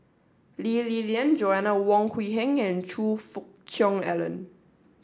Lee Li Lian Joanna Wong Quee Heng and Choe Fook Cheong Alan